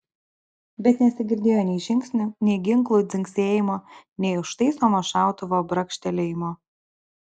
bet nesigirdėjo nei žingsnių nei ginklų dzingsėjimo nei užtaisomo šautuvo brakštelėjimo